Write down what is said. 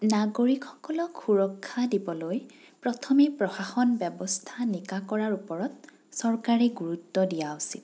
নাগৰিকসকলক সুৰক্ষা দিবলৈ প্ৰথমে প্ৰশাসন ব্যৱস্থা নিকা কৰাৰ ওপৰত চৰকাৰে গুৰুত্ব দিয়া উচিত